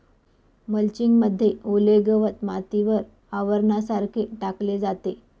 mulching मध्ये ओले गवत मातीवर आवरणासारखे टाकले जाते